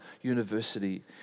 university